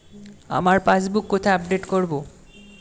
আমার পাসবুক কোথায় আপডেট করব?